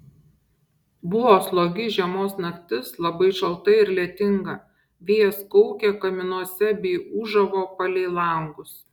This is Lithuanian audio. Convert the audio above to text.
buvo slogi žiemos naktis labai šalta ir lietinga vėjas kaukė kaminuose bei ūžavo palei langus